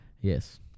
Yes